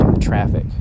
traffic